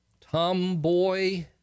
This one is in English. tomboy